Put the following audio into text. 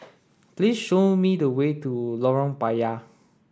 please show me the way to Lorong Payah